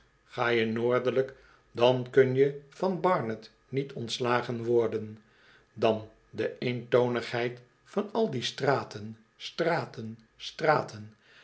ga je noordelijk dan kun je van barnet niet ontslagen worden dan de eentonigheid van al die straten straten straten